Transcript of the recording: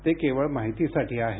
ते केवळ माहितीसाठी आहे